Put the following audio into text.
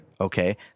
Okay